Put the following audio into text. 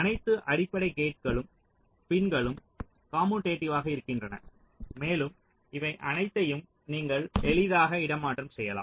அனைத்து அடிப்படை கேட்களுக்கும் பின்களும் கமுடேடிவ்வாக இருக்கின்றன மேலும் அவை அனைத்தையும் நீங்கள் எளிதாக இடமாற்றம் செய்யலாம்